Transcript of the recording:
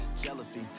Jealousy